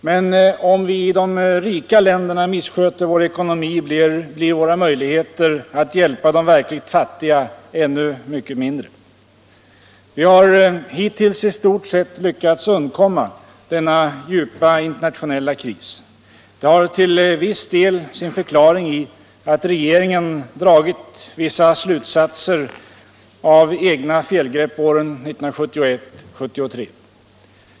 Men om vi i de rika länderna missköter vår ekonomi, blir våra möjligheter att hjälpa de verkligt fattiga ännu mycket mindre. Vi har hittills i stort sett lyckats undkomma denna djupa internationella kris. Det har till viss del sin förklaring i att regeringen dragit vissa slutsatser av egna felgrepp åren 1971-1973.